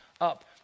up